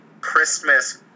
christmas